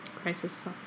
Crisis